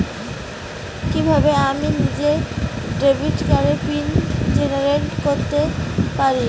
কিভাবে আমি নিজেই ডেবিট কার্ডের পিন জেনারেট করতে পারি?